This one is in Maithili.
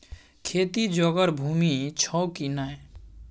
खेती जोगर भूमि छौ की नै?